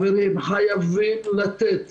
חייבים לתת